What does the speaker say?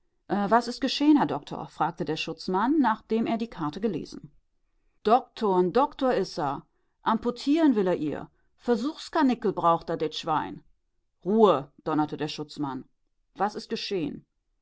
was ist geschehen herr doktor fragte der schutzmann nachdem er die karte gelesen doktor n doktor is er amputieren will er ihr versuchskarnickel braucht er det schwein ruhe donnerte der schutzmann was ist geschehen